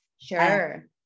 Sure